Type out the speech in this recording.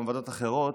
גם בוועדות אחרות.